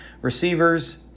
receivers